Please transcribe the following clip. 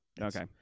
Okay